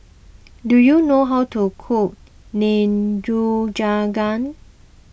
do you know how to cook Nikujaga